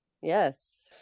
Yes